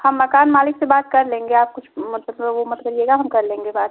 हम मकान मालिक से बात कर लेंगे आप कुछ मत वह मत करिएगा हम कर लेंगे बात